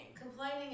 Complaining